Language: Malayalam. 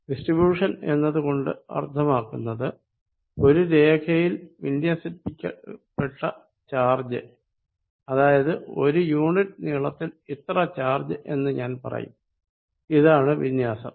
ഡിസ്ട്രിബ്യൂഷൻ എന്നതുകൊണ്ട് അർത്ഥമാക്കുന്നത് ഒരു രേഖയിൽ വിന്യസിക്കപ്പെട്ട ചാർജ് അതായത് ഒരു യൂണിറ്റ് നീളത്തിൽ ഇത്ര ചാർജ് എന്ന് ഞാൻ പറയും ഇതാണ് വിന്യാസം